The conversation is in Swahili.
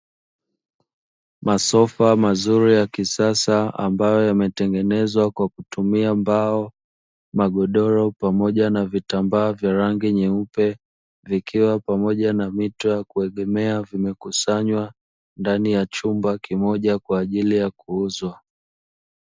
Masofa mazuri ya kisasa ambayo yametengenezwa kwa kutumia mbao, magodoro pamoja na vitambaa vya rangi nyeupe vikiwa pamoja na mito ya kuegemea vimekusanywa ndani ya chumba kimoja kwa ajili ya kuuzwa.